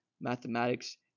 mathematics